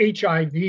HIV